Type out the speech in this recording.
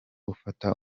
ufata